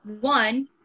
One